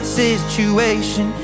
situation